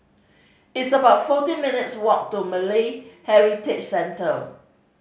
it's about fourteen minutes' walk to Malay Heritage Centre